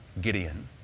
Gideon